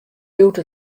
bliuwt